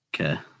okay